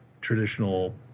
traditional